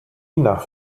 nach